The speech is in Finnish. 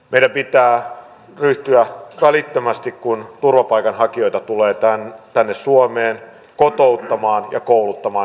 meidän pitää ryhtyä kun turvapaikanhakijoita tulee tänne suomeen kotouttamaan ja kouluttamaan heitä heti